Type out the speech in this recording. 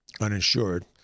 uninsured